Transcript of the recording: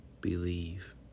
Believe